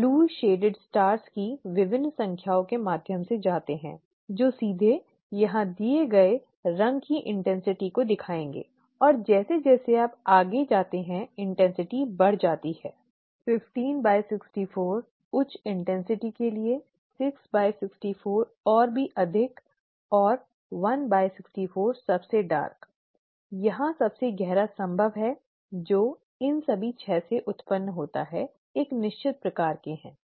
नीले छायांकित तारों की विभिन्न संख्याओं के माध्यम से जाते हैं जो सीधे यहां दिए रंग की तीव्रता को दिखाएंगे और जैसे जैसे आप आगे जाते हैं तीव्रता बढ़ जाती है 1564 उच्च तीव्रता के लिए 664 और भी अधिक और 164 सबसे गहरा यहाँ सबसे गहरा संभव है जो इन सभी 6 से उत्पन्न होता है एक निश्चित प्रकार के हैं ठीक है